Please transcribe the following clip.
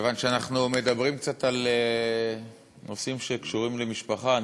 כיוון שאנחנו מדברים קצת על נושאים שקשורים למשפחה,